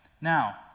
Now